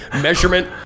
measurement